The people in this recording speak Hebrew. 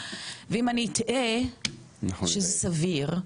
ואם אני אטעה שזה סביר,